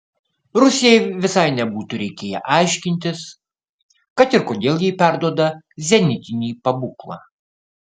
rusijai visai nebūtų reikėję aiškintis kad ir kodėl ji perduoda zenitinį pabūklą